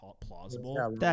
plausible